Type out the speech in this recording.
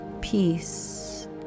peace